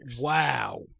Wow